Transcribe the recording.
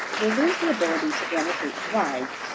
you'll lose the ability to annotate slides,